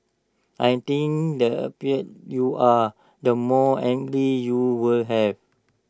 I think the happier you are the more you will have